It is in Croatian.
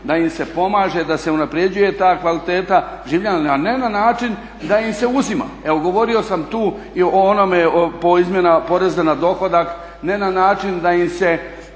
da im se pomaže da se unapređuje ta kvaliteta življenja, a ne na način da im se uzima. Evo govorio sam tu i o onome po izmjenama poreza na dohodak, ne na način da im se